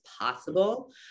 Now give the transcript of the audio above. possible